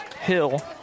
Hill